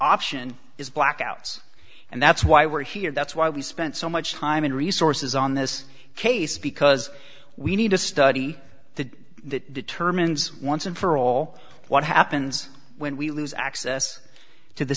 option is blackouts and that's why we're here that's why we spent so much time and resources on this case because we need to study that that determines once and for all what happens when we lose access to the